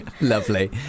Lovely